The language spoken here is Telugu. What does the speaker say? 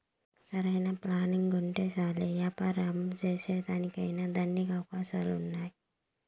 సరైన ప్లానింగుంటే చాలు యే యాపారం సేసేదానికైనా దండిగా అవకాశాలున్నాయి